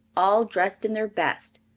all dressed in their best.